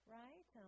right